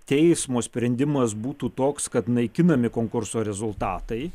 teismo sprendimas būtų toks kad naikinami konkurso rezultatai